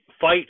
fight